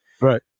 Right